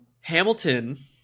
Hamilton